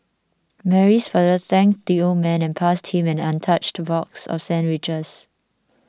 Mary's father thanked the old man and passed him an untouched box of sandwiches